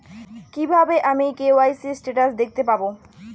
কিভাবে আমি KYC status দেখতে পারবো?